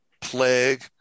plague